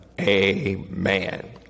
Amen